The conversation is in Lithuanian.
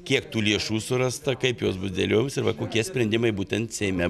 kiek tų lėšų surasta kaip jos bus dėliojamos ir va kokie sprendimai būtent seime